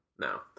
No